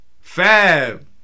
Fab